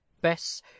Bess